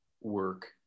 work